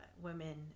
women